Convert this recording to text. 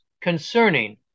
concerning